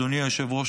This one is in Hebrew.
אדוני היושב-ראש,